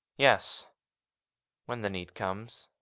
yes when the need comes.